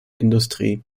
industrie